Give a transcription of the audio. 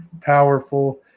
powerful